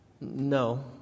No